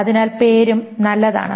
അതിനാൽ പേരും നല്ലതാണ്